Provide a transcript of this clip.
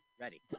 Ready